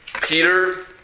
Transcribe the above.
Peter